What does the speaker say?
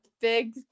Big